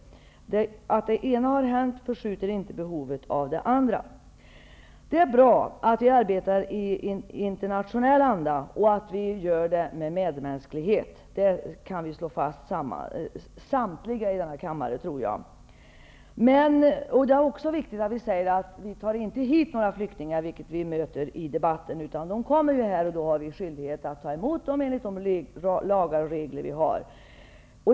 Att det ena har hänt förskjuter inte behovet av det andra. Det är bra att vi arbetar i internationell anda och att vi gör det med medmänsklighet. Detta tror jag att samtliga i denna kammare kan slå fast. Det är också viktigt att vi säger att vi inte tar hit några flyktingar, vilket vi möter i debatten, utan att de kommer hit, och då har vi skyldighet att ta emot dem enligt de lagar och regler som vi har.